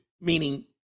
meaning